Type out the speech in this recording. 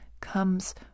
comes